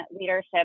leadership